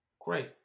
Great